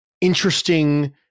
interesting